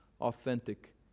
authentic